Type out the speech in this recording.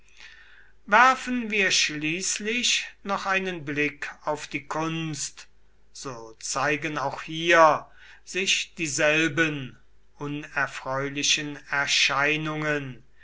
werfen wir schließlich noch einen blick auf die kunst so zeigen auch hier sich dieselben unerfreulichen erscheinungen